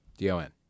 D-O-N